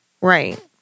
Right